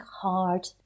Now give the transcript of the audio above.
hard